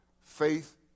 Faith